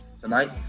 Tonight